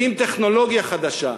ועם טכנולוגיה חדשה,